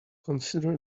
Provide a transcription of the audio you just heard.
consider